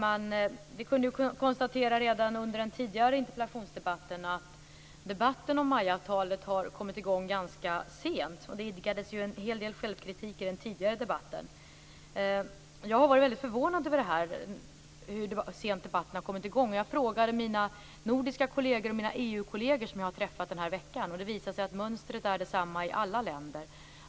Fru talman! Vi kunde redan under den tidigare interpellationsdebatten konstatera att diskussionen om MAI-avtalet har kommit i gång ganska sent. Det idkades en hel del självkritik i den tidigare debatten. Jag har varit förvånad över att debatten har kommit i gång så sent. Jag frågade mina nordiska kolleger och mina EU-kolleger som jag har träffat under den här veckan. Det visade sig då att mönstret är detsamma i alla dessa länder.